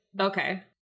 Okay